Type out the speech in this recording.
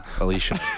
Alicia